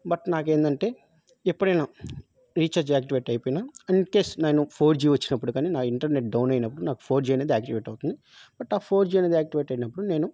but నాకు ఏంటంటే ఎప్పుడైనా రీఛార్జ్ యాక్టివేట్ అయిపోయిన ఇన్కేస్ నేను ఫోర్ జీ వచ్చినప్పుడు కానీ నా ఇంటర్నెట్ డౌన్ అయినప్పుడు నాకు ఫోర్ జీ అనేది యాక్టివేట్ అవుతుంది బట్ ఆ ఫోర్ జీ అనేది యాక్టివేట్ అయినప్పుడు నేను